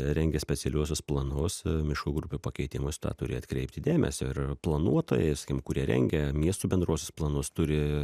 rengia specialiuosius planus miškų grupių pakeitimus turi atkreipti dėmesį ir planuotojais kurie rengia miestų bendruosius planus turi